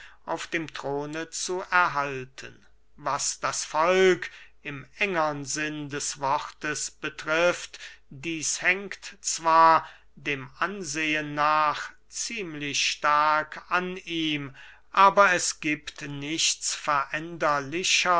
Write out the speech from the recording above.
auf dem throne zu erhalten was das volk im engern sinn des wortes betrifft dieß hängt zwar dem ansehen nach ziemlich stark an ihm aber es giebt nichts